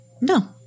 No